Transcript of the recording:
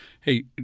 hey